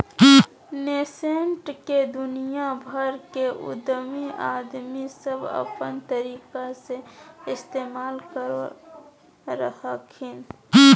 nascent के दुनिया भर के उद्यमी आदमी सब अपन तरीका से इस्तेमाल करो हखिन